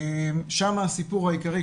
שם הסיפור העיקרי.